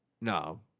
No